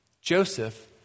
Joseph